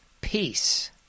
Peace